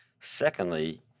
Secondly